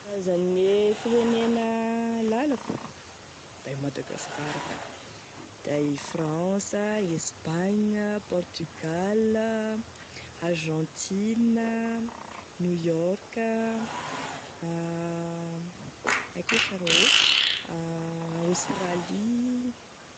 Karazane firenena lalako da i Madagasikara ka da i France Espagne Portugal Argentine New York a aia koa sa ro a Australie.